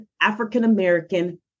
African-American